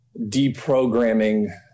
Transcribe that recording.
deprogramming